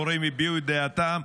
מורים הביעו את דעתם.